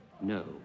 No